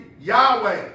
Yahweh